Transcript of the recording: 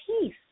peace